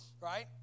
right